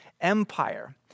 empire